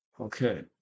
Okay